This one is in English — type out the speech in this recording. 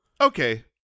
Okay